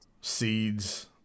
seeds